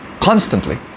constantly